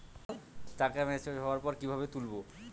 টাকা ম্যাচিওর্ড হওয়ার পর কিভাবে তুলব?